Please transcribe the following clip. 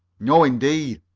no indeed!